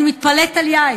אני מתפלאת על יאיר,